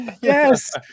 yes